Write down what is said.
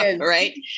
Right